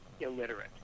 illiterate